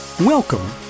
Welcome